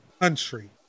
Country